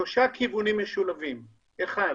שלושה כיוונים משולבים: אחת,